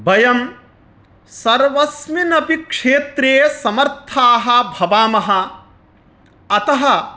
वयं सर्वस्मिन्नपि क्षेत्रे समर्थाः भवामः अतः